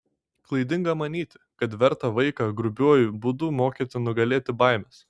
klaidinga manyti kad verta vaiką grubiuoju būdu mokyti nugalėti baimes